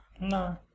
No